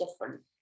different